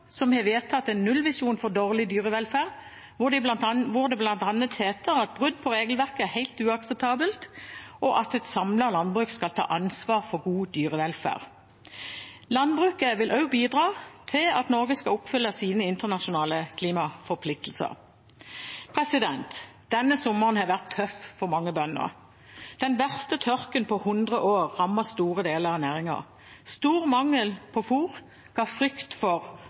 som har vedtatt en nullvisjon for dårlig dyrevelferd, hvor det bl.a. heter at brudd på regelverket er helt uakseptabelt, og at et samlet landbruk skal ta ansvar for god dyrevelferd. Landbruket vil også bidra til at Norge skal oppfylle sine internasjonale klimaforpliktelser. Denne sommeren har vært tøff for mange bønder. Den verste tørken på 100 år rammet store deler av næringen. Stor mangel på fôr ga frykt for